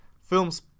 films